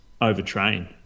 Overtrain